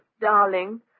Darling